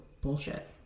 bullshit